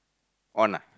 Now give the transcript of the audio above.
on ah